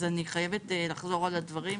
אז אני חייבת לחזור על הדברים,